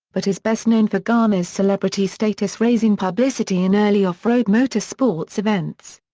but is best known for garner's celebrity status raising publicity in early off-road motor-sports events.